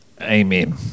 Amen